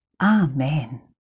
Amen